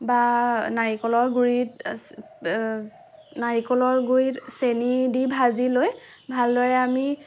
বা নাৰিকলৰ গুৰিত নাৰিকলৰ গুৰিত চেনি দি ভাজিলৈ ভাল দৰে আমি